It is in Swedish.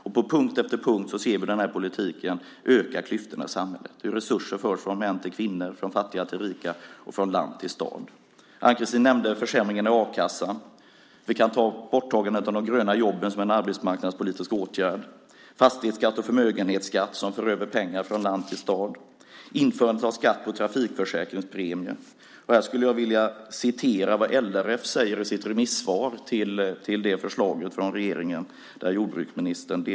Och på punkt efter punkt ser vi denna politik öka klyftorna i samhället. Resurser förs från män till kvinnor, från fattiga till rika och från land till stad. Ann-Kristine Johansson nämnde försämringarna i a-kassan. Jag kan nämna borttagandet av de gröna jobben som en arbetsmarknadspolitisk åtgärd, borttagandet av fastighetsskatten och förmögenhetsskatten som för över pengar från land till stad och införandet av skatt på trafikförsäkringspremie. Här ska jag citera vad LRF säger i sitt remissvar med anledning av förslaget från regeringen.